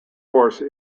force